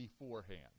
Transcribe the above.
beforehand